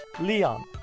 Leon